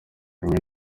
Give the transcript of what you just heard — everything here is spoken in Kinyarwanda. rimwe